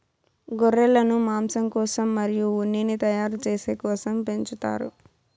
గొర్రెలను మాంసం కోసం మరియు ఉన్నిని తయారు చేసే కోసం పెంచుతారు